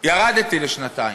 ירדתי לשנתיים.